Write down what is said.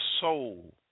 soul